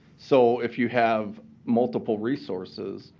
so if you have multiple resources,